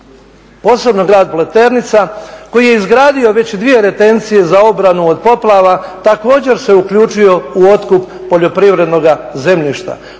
posebno grad Pleternica koji je izgradi već dvije retencije za obranu od poplava također se uključio u otkup poljoprivrednoga zemljišta.